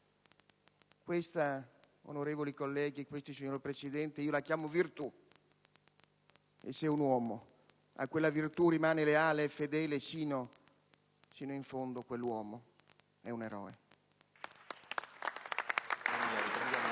Presidente, onorevoli colleghi, questa la chiamo virtù. E se un uomo a quella virtù rimane leale e fedele sino in fondo quell'uomo è un eroe!